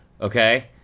Okay